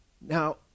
Now